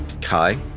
Kai